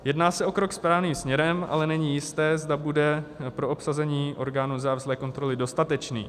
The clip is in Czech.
Jedná se o krok správným směrem, ale není jisté, zda bude pro obsazení orgánu nezávislé kontroly dostatečný.